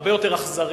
הרבה יותר אכזרי.